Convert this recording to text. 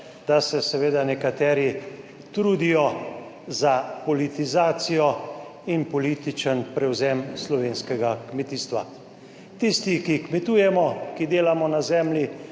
da se seveda nekateri trudijo za politizacijo in političen prevzem slovenskega kmetijstva. Tisti, ki kmetujemo, ki delamo na zemlji,